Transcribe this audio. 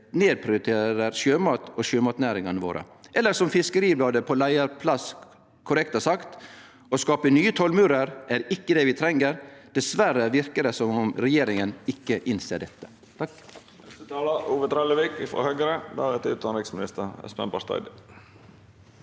nedprioriterer sjømat og sjømatnæringane våre – eller som Fiskeribladet på leiarplass korrekt har sagt: «Å skape nye tollmurer er ikke det vi trenger. Dessverre virker det som om regjeringen ikke innser dette.»